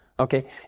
Okay